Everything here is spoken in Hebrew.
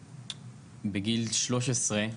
בגיל שלוש עשרה,